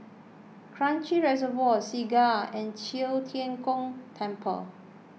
Kranji Reservoir Segar and Qiu Tian Gong Temple